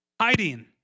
hiding